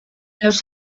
los